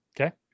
Okay